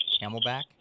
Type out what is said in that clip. Camelback